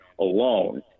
alone